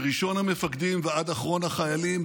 מראשון המפקדים ועד אחרון החיילים,